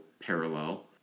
parallel